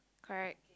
correct